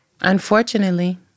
Unfortunately